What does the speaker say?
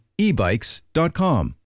ebikes.com